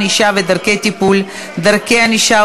ענישה ודרכי טיפול) (דרכי ענישה,